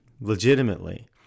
legitimately